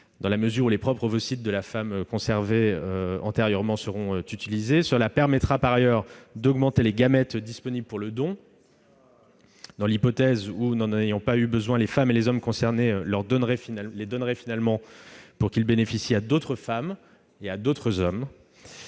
dans la mesure où les propres ovocytes de la femme conservés antérieurement seront utilisés, d'autre part, d'augmenter les gamètes disponibles pour le don dans l'hypothèse où, n'en ayant pas eu besoin, les femmes et les hommes concernés les donneraient finalement pour qu'ils bénéficient à d'autres femmes et à d'autres hommes.